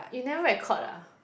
you never record ah